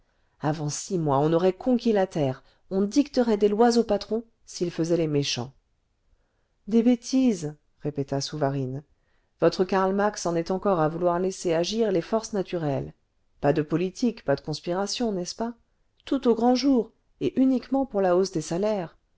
avant six mois on aurait conquis la terre on dicterait des lois aux patrons s'ils faisaient les méchants des bêtises répéta souvarine votre karl marx en est encore à vouloir laisser agir les forces naturelles pas de politique pas de conspiration n'est-ce pas tout au grand jour et uniquement pour la hausse des salaires